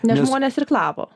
nes žmonės irklavo